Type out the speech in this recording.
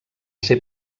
ser